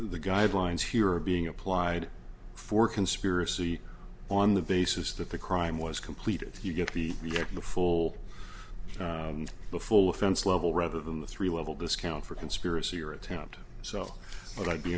the guidelines here are being applied for conspiracy on the basis that the crime was completed you get the year for the full the full offense level rather than the three level discount for conspiracy or attempt so but i'd be